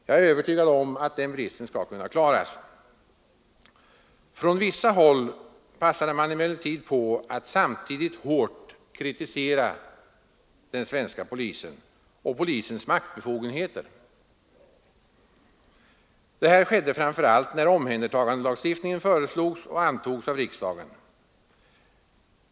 Jag är övertygad om att den bristen skall kunna avhjälpas. Från vissa håll passade man emellertid på att samtidigt hårt kritisera den svenska polisen och polisens maktbefogenheter. Detta skedde framför allt när omhändertagandelagstiftningen föreslogs och antogs av riksdagen.